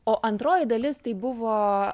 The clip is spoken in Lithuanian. o antroji dalis tai buvo